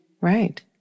Right